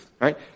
right